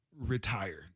retire